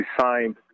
signed